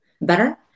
better